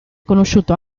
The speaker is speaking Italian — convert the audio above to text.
conosciuto